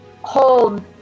hold